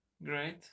Great